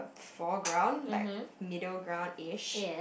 foreground like middle ground ish